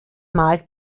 mal